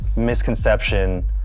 Misconception